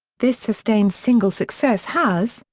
this sustained single success has,